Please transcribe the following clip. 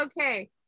okay